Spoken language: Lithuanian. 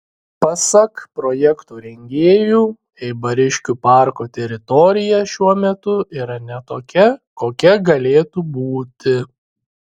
pasak projekto rengėjų eibariškių parko teritorija šiuo metu yra ne tokia kokia galėtų būti